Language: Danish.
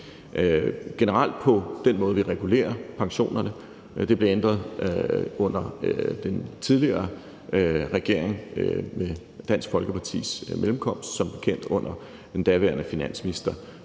Generelt blev den måde, vi regulerer pensionerne på, ændret under en tidligere regering, som bekendt med Dansk Folkepartis mellemkomst, med den daværende finansminister, hr.